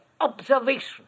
observation